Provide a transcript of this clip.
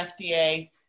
FDA